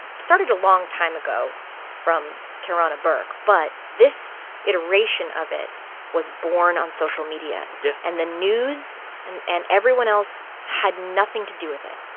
started a long time ago from tarana burke but this iteration of it was born on social media. yeah and the news and and everyone else had nothing to do with it.